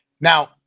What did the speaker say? Now